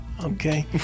Okay